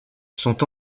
sont